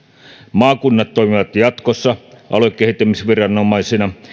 maakunnat toimivat jatkossa aluekehittämisviranomaisina